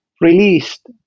released